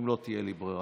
אם לא תהיה לי ברירה.